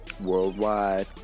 Worldwide